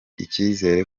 icyizere